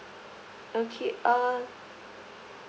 okay uh